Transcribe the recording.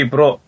Pro